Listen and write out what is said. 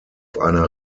einer